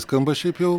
skamba šiaip jau